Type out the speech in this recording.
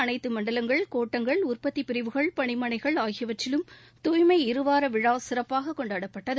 அனைத்து மண்டலங்கள் கோட்டங்கள் உற்பத்தி பிரிவுகள் பணிமனைகள் ஆகியவற்றிலும் தூய்மை இருவார விழா சிறப்பாக கொண்டாடப்பட்டது